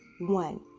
one